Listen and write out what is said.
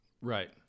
Right